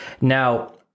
Now